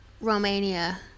Romania